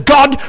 God